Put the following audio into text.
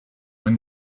when